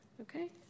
Okay